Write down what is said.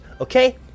okay